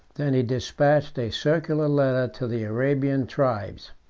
than he despatched a circular letter to the arabian tribes.